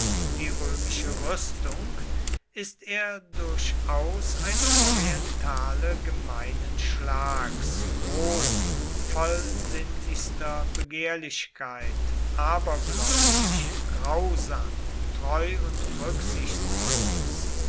die römische rüstung ist er durchaus ein orientale gemeinen schlags roh voll sinnlichster begehrlichkeit abergläubisch grausam treu und rücksichtslos